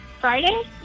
Friday